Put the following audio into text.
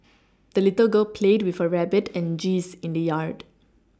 the little girl played with her rabbit and geese in the yard